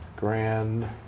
Grand